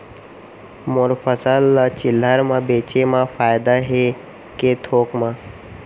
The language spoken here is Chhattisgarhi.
मोर फसल ल चिल्हर में बेचे म फायदा है के थोक म?